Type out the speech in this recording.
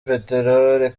peteroli